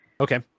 okay